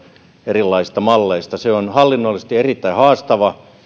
erilaisista malleista se on hallinnollisesti erittäin haastava